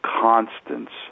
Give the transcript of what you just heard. constants